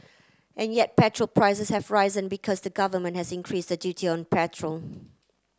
and yet petrol prices have risen because the government has increased the duty on petrol